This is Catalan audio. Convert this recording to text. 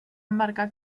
embarcar